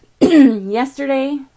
Yesterday